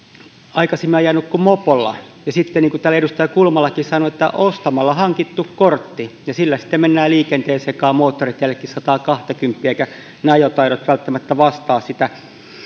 aikaisemmin ajaneet kuin mopolla ja täällä niin kuin edustaja kulmalakin sanoi heillä on ostamalla hankittu kortti ja sillä sitten mennään liikenteen sekaan moottoritielläkin ajetaan sataakahtakymmentä eivätkä ne ajotaidot välttämättä vastaa sitä mitä täällä